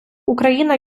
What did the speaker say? україна